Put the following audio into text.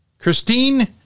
Christine